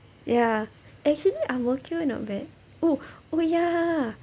ya actually ang mo kio not bad oh oh ya